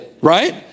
Right